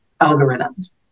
algorithms